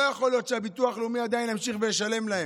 לא יכול להיות שהביטוח הלאומי עדיין ימשיך וישלם להם.